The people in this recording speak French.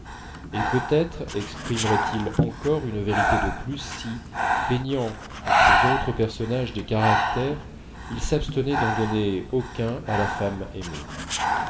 et peut-être exprimerait il encore une vérité de plus si peignant pour ses autres personnages des caractères il s'abstenait d'en donner aucun à la femme aimée